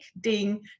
ding